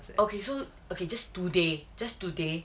okay so okay just today just today